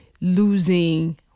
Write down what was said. losing